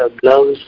gloves